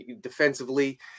defensively